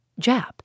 Jap